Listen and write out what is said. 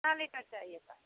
कितना लीटर चाहिए पानी